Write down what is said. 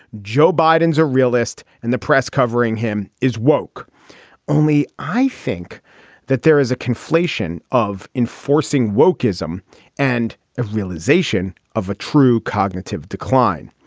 joe biden's a realist and the press covering him is woke only i think that there is a conflation of enforcing wolk ism and a realization of a true cognitive decline.